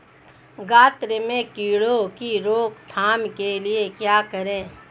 गन्ने में कीड़ों की रोक थाम के लिये क्या करें?